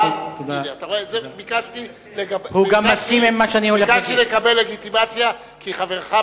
ביקשתי לקבל לגיטימציה כי חברך,